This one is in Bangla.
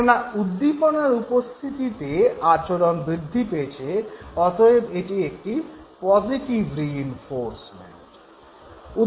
কেননা উদ্দীপনার উপস্থিতিতে আচরণ বৃদ্ধি পেয়েছে অতএব এটি পজিটিভ রিইনফোর্সমেন্ট